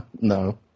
No